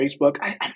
Facebook